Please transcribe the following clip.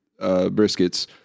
briskets